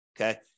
okay